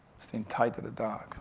staying tied to the dock